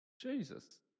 Jesus